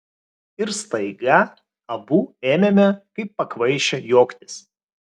ir staiga abu ėmėme kaip pakvaišę juoktis